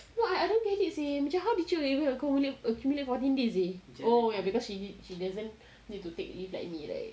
!wah! I don't get it seh how did you even accumulate fourteen days eh oh ya because she she doesn't need to take leave like me right